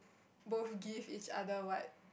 both give each other what